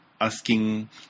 asking